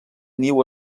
niu